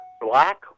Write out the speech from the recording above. Black